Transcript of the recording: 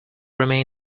remain